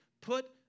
Put